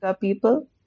people